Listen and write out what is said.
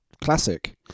classic